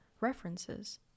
references